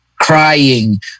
crying